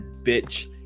bitch